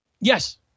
Yes